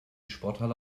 sporthalle